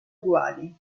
uguali